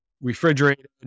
Refrigerated